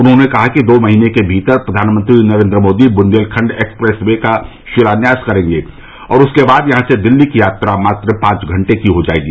उन्होंने कहा कि दो महीने के भीतर प्रवानमंत्री नरेन्द्र मोदी बुन्देलखंड एक्सप्रेस वे का शिलान्यास करेंगे और उसके बाद यहां से दिल्ली की यात्रा मात्र पांच घंटे की हो जायेगी